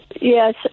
Yes